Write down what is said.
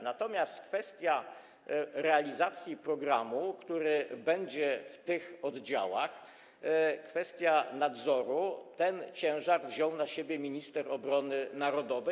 Natomiast kwestia realizacji programu, który będzie w tych oddziałach, kwestia nadzoru - ten ciężar wziął na siebie minister obrony narodowej.